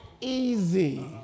easy